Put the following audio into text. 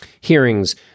hearings